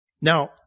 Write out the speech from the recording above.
Now